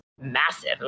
massive